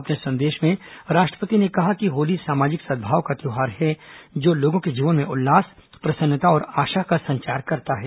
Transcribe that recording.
अपने संदेश में राष्ट्रपति ने कहा कि होली सामाजिक सद्भाव का त्योहार है जो लोगों के जीवन में उल्लास प्रसन्नता और आशा का संचार करता है